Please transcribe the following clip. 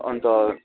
अन्त